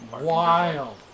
wild